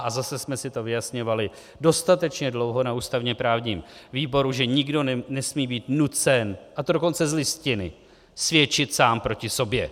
A zase jsme si to vyjasňovali dostatečně dlouho na ústavněprávním výboru, že nikdo nesmí být nucen, a to dokonce z Listiny, svědčit sám proti sobě.